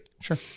sure